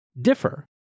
differ